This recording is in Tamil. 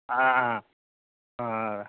ஆ ஆ